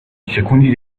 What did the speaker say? شکوندی